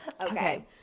Okay